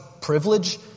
privilege